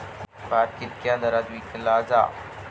भात कित्क्या दरात विकला जा?